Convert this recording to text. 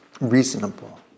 reasonable